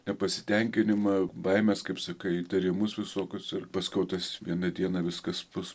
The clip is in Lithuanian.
nepasitenkinimą baimes kaip sakai įtarimus visokius ir paskiau tas vieną dieną viskas bus